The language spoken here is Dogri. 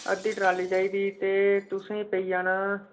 अद्धी ट्राल्ली चाहिदी ते तुसेंईं पेई जाना